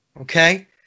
Okay